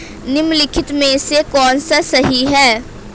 निम्नलिखित में से कौन सा सही है?